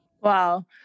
Wow